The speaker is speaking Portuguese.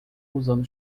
usando